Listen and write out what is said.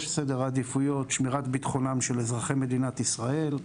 סדר העדיפויות שמירת ביטחונם של אזרחי מדינת ישראל,